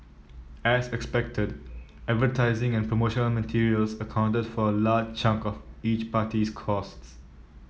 as expected advertising and promotional materials accounted for a large chunk of each party's costs